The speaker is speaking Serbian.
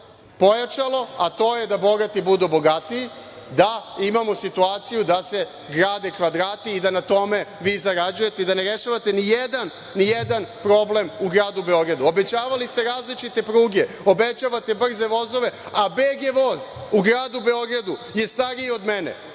pojačalo, a to je da bogati budu bogati, da imamo situaciju da se grade kvadrati i da na tome vi zarađujete i da ne rešavate nijedan problem u gradu Beogradu. Obećavali ste različite pruge, obećavate brze vozove, a BG voz u gradu Beogradu je stariji od mene.